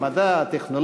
ועדת המדע והטכנולוגיה,